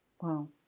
Wow